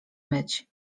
myć